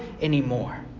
anymore